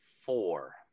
four